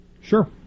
Sure